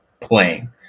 playing